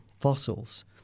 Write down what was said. fossils